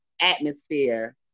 atmosphere